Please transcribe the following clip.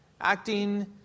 acting